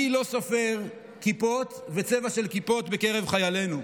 אני לא סופר כיפות וצבע של כיפות בקרב חיילינו.